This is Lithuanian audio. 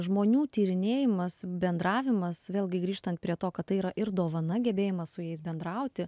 žmonių tyrinėjimas bendravimas vėlgi grįžtan prie to kad tai yra ir dovana gebėjimas su jais bendrauti